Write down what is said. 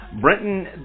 Brenton